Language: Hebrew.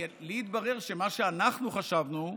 לי התברר שמה שאנחנו חשבנו,